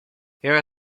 era